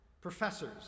Professors